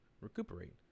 recuperate